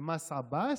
זה "מס עבאס"